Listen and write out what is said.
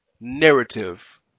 narrative